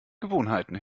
gewohnheiten